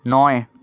নয়